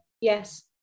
Yes